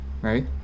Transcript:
right